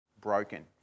broken